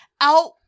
out